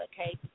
okay